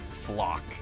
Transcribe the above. flock